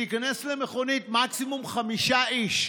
שתיכנס למכונית, מקסימום חמישה איש,